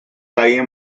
calle